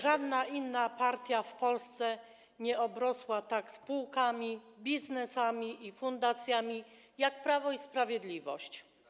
Żadna inna partia w Polsce nie obrosła tak spółkami, biznesami i fundacjami jak Prawo i Sprawiedliwość.